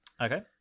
Okay